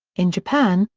in japan,